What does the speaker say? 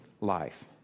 life